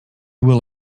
will